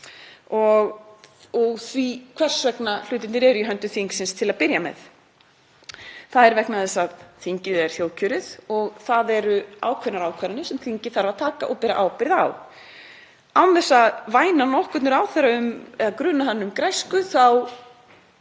og því hvers vegna hlutirnir eru í höndum þingsins til að byrja með. Það er vegna þess að þingið er þjóðkjörið og það eru ákveðnar ákvarðanir sem þingið þarf að taka og bera ábyrgð á. Án þess að gruna nokkurn ráðherra um græsku þá